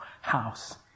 house